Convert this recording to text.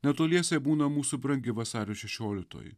netoliese būna mūsų brangi vasario šešioliktoji